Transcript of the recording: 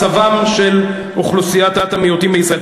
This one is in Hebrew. אבל הצעת האי-אמון שהגשתם היא על מצבה של אוכלוסיית המיעוטים בישראל.